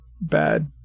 bad